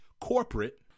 corporate